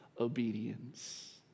obedience